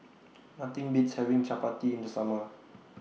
Nothing Beats having Chappati in The Summer